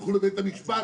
הם ילכו לבית המשפט.